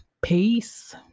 Peace